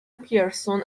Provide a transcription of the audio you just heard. پیرسون